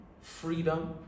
freedom